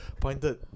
pointed